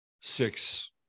six